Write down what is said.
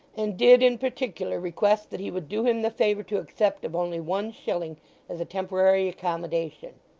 and did in particular request that he would do him the favour to accept of only one shilling as a temporary accommodation.